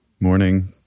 morning